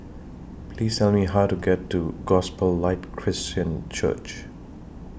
Please Tell Me How to get to Gospel Light Christian Church